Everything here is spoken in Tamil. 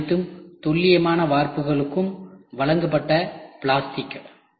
இவை அனைத்தும் துல்லியமான வார்ப்புகளும் வழங்கப்பட்ட பிளாஸ்டிக்